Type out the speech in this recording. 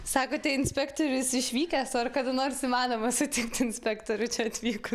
sakote inspektorius išvykęs ar kada nors įmanoma sutikt inspektorių čia atvyku